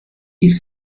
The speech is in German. die